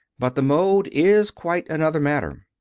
but the mode is quite another matter.